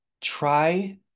Try